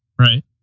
Right